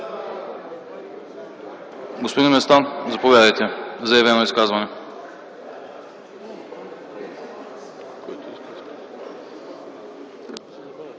Господин Местан, заповядайте. Заявено изказване.